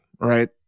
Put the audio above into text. Right